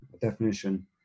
definition